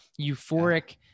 euphoric